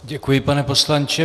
Děkuji, pane poslanče.